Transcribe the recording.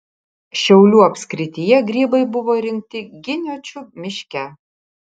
šiaulių apskrityje grybai buvo rinkti giniočių miške